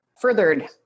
furthered